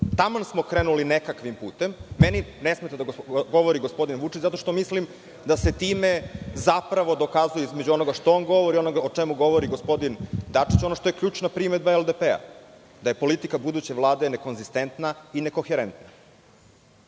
Taman smo krenuli nekakvim putem. Meni ne smeta da govori gospodin Vučić, zato što mislim da se time zapravo dokazuje između onoga što on govori i onoga o čemu govori gospodin Dačić. Ono što je ključna primedba LDP je da je politika buduće Vlade nekonzistentna i nekoherentna.